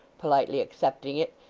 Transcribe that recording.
politely accepting it,